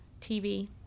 TV